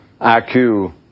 IQ